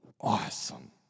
awesome